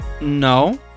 No